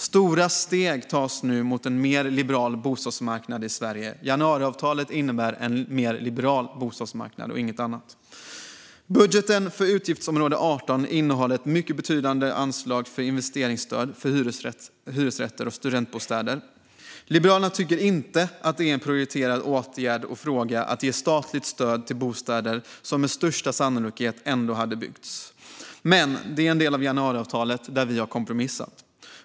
Stora steg tas nu mot en mer liberal bostadsmarknad i Sverige. Januariavtalet innebär en mer liberal bostadsmarknad och inget annat. Budgeten för utgiftsområde 18 innehåller ett mycket betydande anslag för investeringsstöd för hyresrätter och studentbostäder. Liberalerna tycker inte att det är en prioriterad åtgärd och fråga att ge statligt stöd till bostäder som med största sannolikhet ändå hade byggts. Men det är en del av januariavtalet där vi har kompromissat.